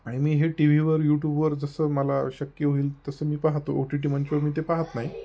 आणि मी हे टी व्हीवर यूट्यूबवर जसं मला शक्य होईल तसं मी पाहतो ओ टी टी मंचावर मी ते पाहत नाही